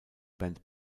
band